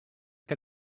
que